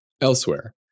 Elsewhere